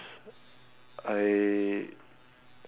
I